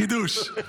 חידוש.